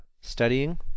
studying